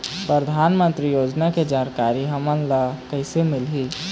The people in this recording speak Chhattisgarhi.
परधानमंतरी योजना के जानकारी हमन ल कइसे मिलही?